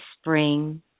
spring